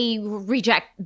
Reject